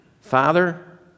Father